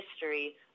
history